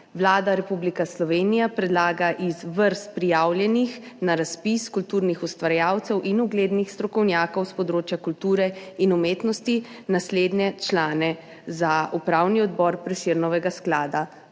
Vlada Republike Slovenije predlaga iz vrst prijavljenih na razpis kulturnih ustvarjalcev in uglednih strokovnjakov s področja kulture in umetnosti naslednje člane za Upravni odbor Prešernovega sklada.